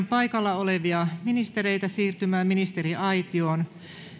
paikalla olevia ministereitä siirtymään ministeriaitioon